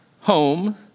home